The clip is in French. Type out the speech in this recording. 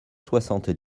soixante